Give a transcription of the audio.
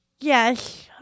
Yes